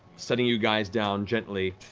setting you guys down gently,